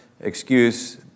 excuse